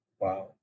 Wow